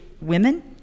women